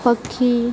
ପକ୍ଷୀ